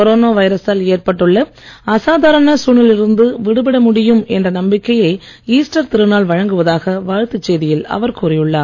corona வைரசால் ஏற்பட்டுள்ள அசாதாரண சூழ்நிலையில் இருந்து விடுபட முடியும் என்ற நம்பிக்கையை ஈஸ்டர் திருநாள் வழங்குவதாக வாழ்த்துச் செய்தியில் அவர் கூறியுள்ளார்